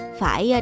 phải